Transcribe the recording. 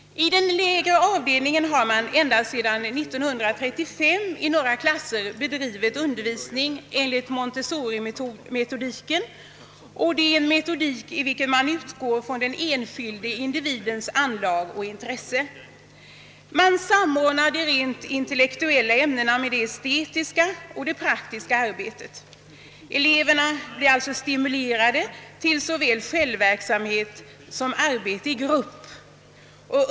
I den lägre avdelningen har ända sedan år 1935 i några klasser bedrivits undervisning enligt Montessorimetodiken, en metodik i vilken man utgår från den enskilda individens anlag och intresse. Man samordnar de rent intellektuella ämnena med de estetiska och med det praktiska arbetet. Eleverna blir alltså stimulerade till såväl självverksamhet som arbete i grupp.